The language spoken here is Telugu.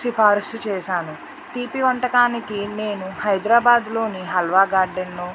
సిఫార్సు చేశాను తీపి వంటకానికి నేను హైదరాబాద్లోని హల్వా గార్డెన్ను